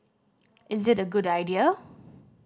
is it a good idea